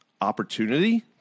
opportunity